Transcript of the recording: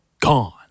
gone